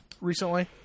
recently